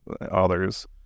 others